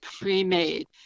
pre-made